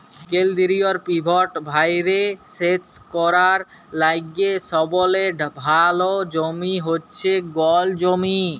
কেলদিরিয় পিভট ভাঁয়রে সেচ ক্যরার লাইগে সবলে ভাল জমি হছে গল জমি